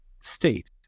state